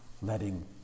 letting